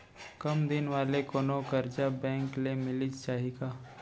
कम दिन वाले कोनो करजा बैंक ले मिलिस जाही का?